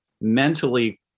mentally